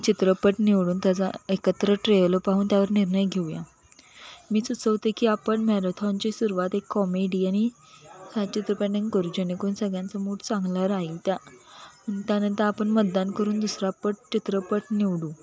चित्रपट निवडून त्याचा एकत्र ट्रेल पाहून त्यावर निर्णय घेऊया मी सुचवते की आपण मॅरेथॉनची सुरुवात एक कॉमेडी आणि हा करू जेणेकरून सगळ्यांचा मूड चांगला राहील त्या त्यानंतर आपण मतदान करून दुसरा पट चित्रपट निवडू